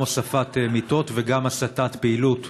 גם הוספת מיטות וגם הסטת פעילות